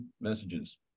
messages